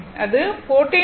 அது 14